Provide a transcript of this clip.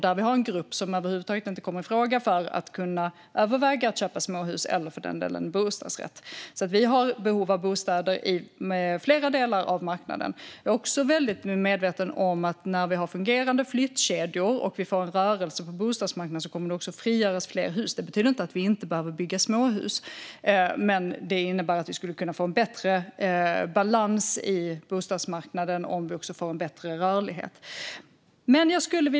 Det finns en grupp som över huvud taget inte kommer i fråga för att överväga att köpa småhus eller för den delen bostadsrätt. Vi har behov av bostäder för flera delar av marknaden. Jag är också medveten om att när det finns fungerande flyttkedjor och det blir en rörelse på bostadsmarknaden kommer det också att frigöras fler hus. Det betyder inte att vi inte behöver bygga småhus, men det innebär att vi kan få en bättre balans i bostadsmarknaden om vi också får en bättre rörlighet.